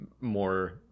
more